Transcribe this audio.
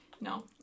No